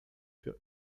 für